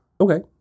okay